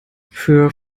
für